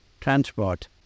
transport